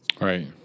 Right